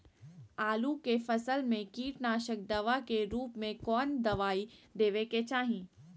आलू के फसल में कीटनाशक दवा के रूप में कौन दवाई देवे के चाहि?